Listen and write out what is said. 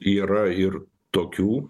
yra ir tokių